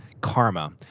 Karma